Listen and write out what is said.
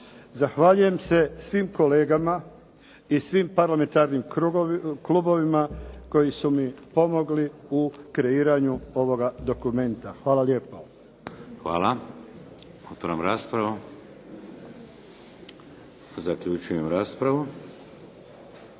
Zahvaljujem se svim kolegama i svim parlamentarnim klubovima koji su mi pomogli u kreiranju ovoga dokumenta. Hvala lijepo. **Šeks, Vladimir (HDZ)** Hvala. Otvaram raspravu. Zaključujem raspravu.